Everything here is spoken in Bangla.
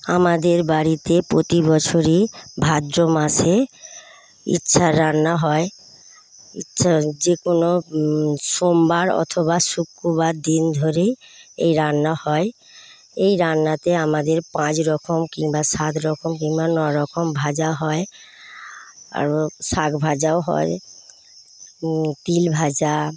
আমাদের বাড়িতে প্রতিবছরই ভাদ্র মাসে ইচ্ছা রান্না হয় ইচ্ছা যেকোনো সোমবার অথবা শুক্রবার দিন ধরে এই রান্না হয় এই রান্নাতে আমাদের পাঁচ রকম কিংবা সাত রকম কিংবা নয় রকম ভাজা হয় আরও শাঁক ভাজাও হয় তিল ভাজা